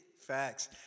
facts